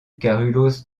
carolus